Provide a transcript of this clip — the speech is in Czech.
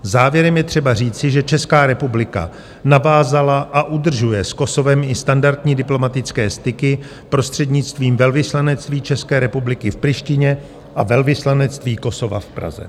Závěrem je třeba říci, že Česká republika navázala a udržuje s Kosovem i standardní diplomatické styky prostřednictvím velvyslanectví České republiky v Prištině a velvyslanectví Kosova v Praze.